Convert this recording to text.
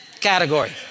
category